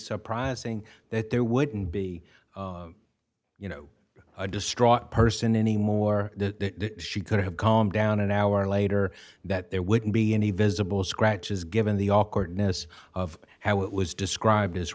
surprising that there wouldn't be you know a distraught person anymore that she could have calmed down an hour later that there wouldn't be any visible scratches given the awkwardness of how it was describe